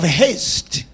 haste